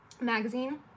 magazine